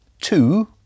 Two